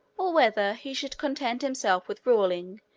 or whether he should content himself with ruling,